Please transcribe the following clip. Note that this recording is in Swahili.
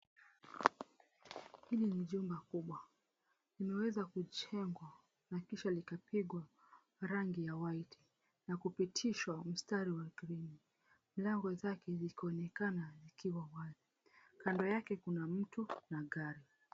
Hili ni jumba kubwa limeweza kujengwa na kisha likapigwa rangi ya white na kupitishwa mstari ya green milango zake zikionekana kuwa wazi kando yake kuna mto na gari.